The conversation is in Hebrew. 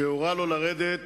שהורה לו לרדת,